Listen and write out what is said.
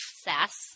Sass